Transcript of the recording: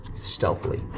stealthily